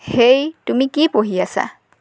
হেই তুমি কি পঢ়ি আছা